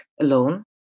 alone